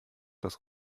das